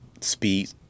speed